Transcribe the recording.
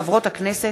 דוד רותם,